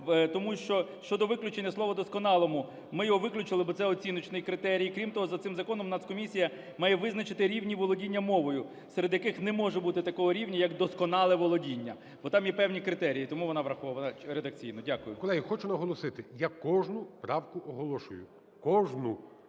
тому що щодо виключення слова "досконалому", ми його виключили, бо це оціночний критерій. Крім того, за цим законом Нацкомісія має визначити рівні володіння мовою, серед яких не може бути такого рівня, як "досконале володіння", бо там є певні критерії. Тому вона врахована редакційно. Дякую.